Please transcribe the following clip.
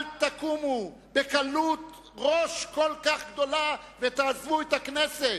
אל תקומו בקלות ראש כל כך גדולה ותעזבו את הכנסת.